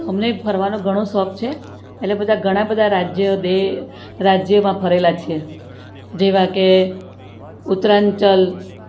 અમને ફરવાનો ઘણો શોખ છે એટલે બધા ઘણા બધા રાજ્ય રાજ્યમાં ફરેલા છે જેવા કે ઉત્તરાંચલ